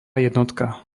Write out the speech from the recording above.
jednotka